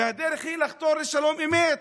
והדרך היא לחתור לשלום אמת,